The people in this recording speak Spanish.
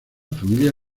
familia